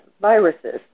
viruses